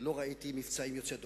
לא ראיתי מבצעים יוצאי דופן.